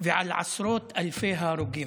ועל עשרות אלפי ההרוגים.